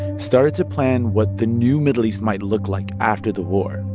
started to plan what the new middle east might look like after the war.